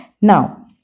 Now